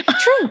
True